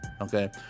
okay